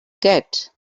get